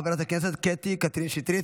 חברת הכנסת קטי קטרין שטרית,